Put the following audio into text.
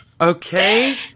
Okay